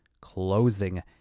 Closing